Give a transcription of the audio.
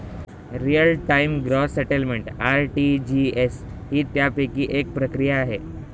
real time gross settlement RTGS ही त्यापैकी एक प्रक्रिया आहे